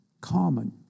Common